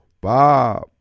Bob